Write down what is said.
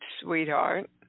sweetheart